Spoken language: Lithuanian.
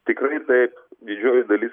tikrai taip didžioji dalis